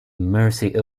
mercy